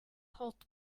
hotch